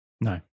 No